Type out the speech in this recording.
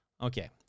Okay